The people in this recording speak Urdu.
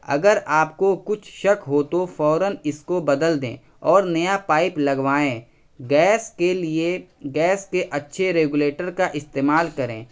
اگر آپ کو کچھ شک ہو تو فوراً اس کو بدل دیں اور نیا پائپ لگوائیں گیس کے لیے گیس کے اچھے ریگولیٹر کا استعمال کریں